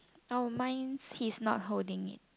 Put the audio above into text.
oh mine's he's not holding it